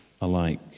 alike